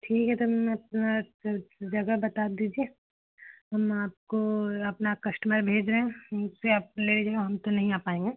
ठीक है तो मैं अपना जगह बता दीजिए हम आपको अपना कश्टमर भेज रहे हैं उनसे आप ले जाओ हम तो नहीं आ पाएँगे